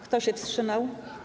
Kto się wstrzymał?